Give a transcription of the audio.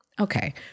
Okay